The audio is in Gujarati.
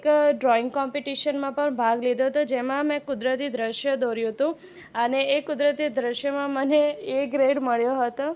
એક ડ્રોઈંગ કોમ્પિટીશનમાં પણ ભાગ લીધો હતો જેમાં મેં કુદરતી દૃશ્ય દોર્યું હતું અને એ કુદરતી દૃશ્યમાં મને એ ગ્રેડ મળ્યો હતો